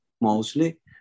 mostly